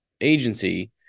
agency